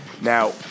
now